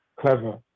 Clever